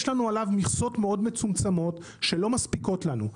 יש לנו עליו מכסות מאוד מצומצמות שלא מספיקות לנו.